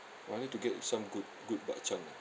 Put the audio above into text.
I need to get some good good bak chang ah